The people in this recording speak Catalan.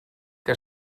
que